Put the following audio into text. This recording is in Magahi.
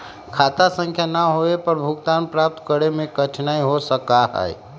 खाता संख्या ना होवे पर भुगतान प्राप्त करे में कठिनाई हो सका हई